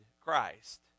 Christ